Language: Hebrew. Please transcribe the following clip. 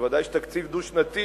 אז בוודאי שתקציב דו-שנתי,